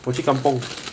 我去 kampung